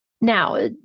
Now